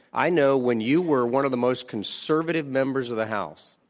i know when you were one of the most conservative members of the house,